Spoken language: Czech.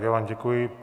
Já vám děkuji.